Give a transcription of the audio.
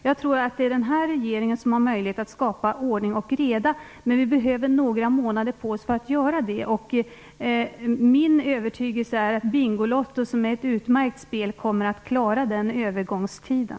Jag tror att det är den här regeringen som har möjlighet att skapa ordning och reda, men vi behöver några månader på oss för att göra det. Det är min övertygelse att Bingolotto - som är ett utmärkt spel - kommer att klara den övergångstiden.